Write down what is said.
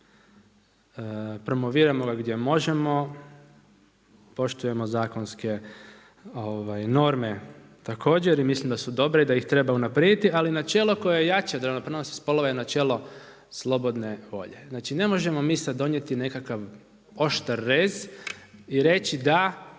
promoviramo ga gdje možemo, poštujemo zakonske norme također i mislim da su dobre, da ih treba unaprijediti. Ali načelo koje je jače od ravnopravnosti spolova je načelo slobodne volje. Znači ne možemo mi sad donijeti nekakav oštar rez i reći da